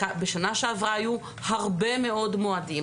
בשנה שעברה היו הרבה מאוד מועדים.